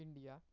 India